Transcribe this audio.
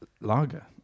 lager